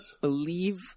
believe